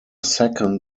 second